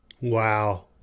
Wow